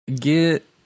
get